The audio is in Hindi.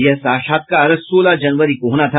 यह साक्षात्कार सोलह जनवरी को होना था